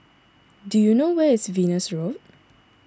do you know where is Venus Road